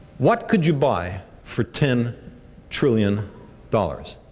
what could you buy for ten trillion dollars?